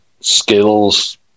skills